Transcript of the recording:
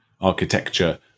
architecture